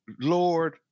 Lord